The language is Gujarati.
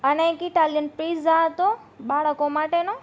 અને એક ઇટાલિયન પીઝા હતો બાળકો માટેનો